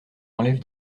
enlève